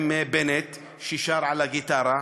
ועם בנט ששר על הגיטרה.